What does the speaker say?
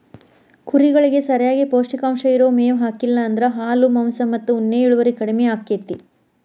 ಕುರಿಗಳಿಗೆ ಸರಿಯಾಗಿ ಪೌಷ್ಟಿಕಾಂಶ ಇರೋ ಮೇವ್ ಹಾಕ್ಲಿಲ್ಲ ಅಂದ್ರ ಹಾಲು ಮಾಂಸ ಮತ್ತ ಉಣ್ಣೆ ಇಳುವರಿ ಕಡಿಮಿ ಆಕ್ಕೆತಿ